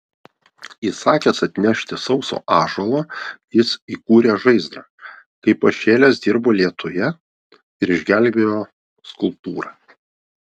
įsakęs atnešti sauso ąžuolo jis įkūrė žaizdrą kaip pašėlęs dirbo lietuje ir išgelbėjo skulptūrą